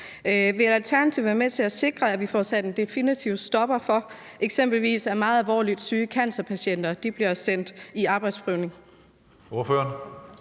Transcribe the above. Vil Alternativet være med til at sikre, at vi får sat en stopper for, at eksempelvis meget syge cancerpatienter bliver sendt i arbejdsprøvning?